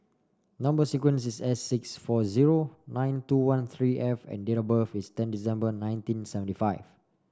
number sequence is S six four zero nine two one three F and date of birth is ten December nineteen seventy five